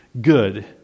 good